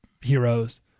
heroes